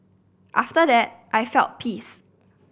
after that I felt peace